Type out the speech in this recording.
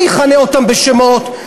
אני אכנה אותם בשמות,